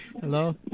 Hello